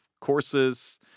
courses